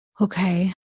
Okay